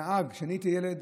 כשאני הייתי ילד,